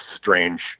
strange